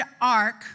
ark